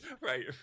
Right